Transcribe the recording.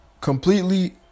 completely